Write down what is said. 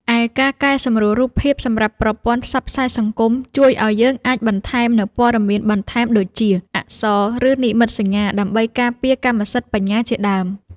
ឯការកែសម្រួលរូបភាពសម្រាប់ប្រព័ន្ធផ្សព្វផ្សាយសង្គមជួយឱ្យយើងអាចបន្ថែមនូវព័ត៌មានបន្ថែមដូចជា អក្សរ ឬ និមិត្តសញ្ញា ដើម្បីការពារកម្មសិទ្ធិបញ្ញាជាដើម។